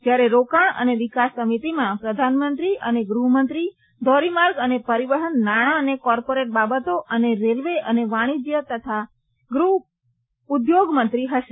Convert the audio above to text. જ્યારે રોકાણ અને વિકાસ સમિતિમાં પ્રધાનમંત્રી અને ગ્રહમંત્રી ધોરીમાર્ગ અને પરિવહન નાણા અને કોર્પોરેટ બાબતો અને રેલવે અને વાણિજ્ય અને ઉદ્યોગ મંત્રી હશે